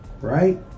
right